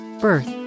birth